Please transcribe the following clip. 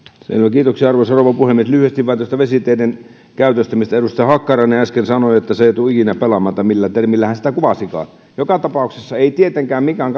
kulunut arvoisa rouva puhemies lyhyesti vain tästä vesiteiden käytöstä mistä edustaja hakkarainen äsken sanoi että se ei tule ikinä pelaamaan tai millä termillä hän sitä kuvasikaan joka tapauksessa ei tietenkään mikään